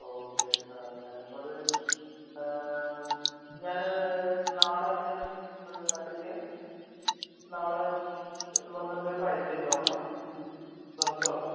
okay സാറെ ഞാൻ ഇപ്പം അത് ഞാൻ നാളെ എന്തെങ്കിലും അല്ലെങ്കിൽ നാളെ ഇത് വന്നിട്ട് ട്രൈ ചെയ്ത് നോക്കാം ശ്രമിച്ച് നോക്കാം